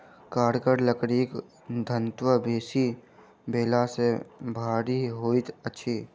कड़गर लकड़ीक घनत्व बेसी भेला सॅ भारी होइत अछि